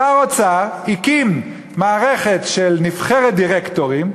שר אוצר הקים מערכת של נבחרת דירקטורים,